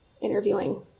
interviewing